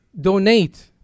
Donate